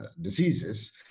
diseases